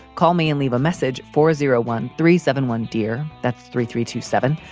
call me and leave a message for zero one three seven one, dear. that's three three two seven.